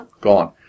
Gone